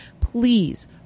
please